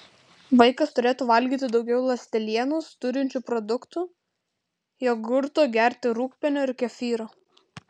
vaikas turėtų valgyti daugiau ląstelienos turinčių produktų jogurto gerti rūgpienio ir kefyro